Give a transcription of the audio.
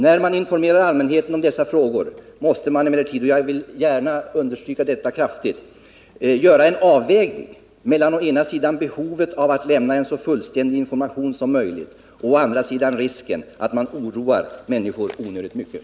När man informerar allmänheten om dessa frågor måste man — och det vill jag kraftigt understryka — göra en avvägning mellan å ena sidan behovet av att lämna en så fullständig information som möjligt och å andra sidan risken att man oroar människor onödigt mycket.